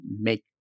make